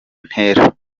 ntera